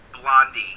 Blondie